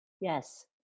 Yes